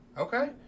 Okay